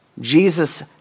Jesus